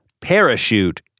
parachute